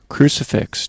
Crucifix